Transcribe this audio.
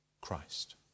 Christ